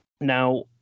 Now